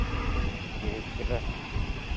ᱛᱤᱨᱤᱥ ᱠᱤᱞᱳ